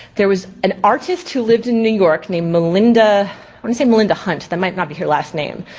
there was an artist who lived in new york named melinda, wanna say melinda hunt, that might not be her last name,